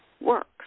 works